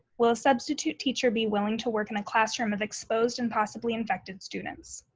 will a substitute teacher be willing to work in a classroom of exposed and possibly infected students?